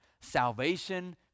salvation